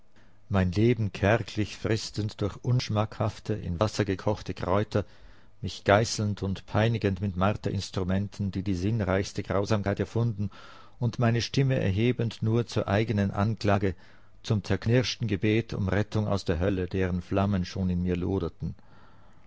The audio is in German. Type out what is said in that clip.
mein leben kärglich fristend durch unschmackhafte in wasser gekochte kräuter mich geißelnd und peinigend mit marterinstrumenten die die sinnreichste grausamkeit erfunden und meine stimme erhebend nur zur eigenen anklage zum zerknirschten gebet um rettung aus der hölle deren flammen schon in mir loderten